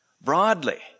broadly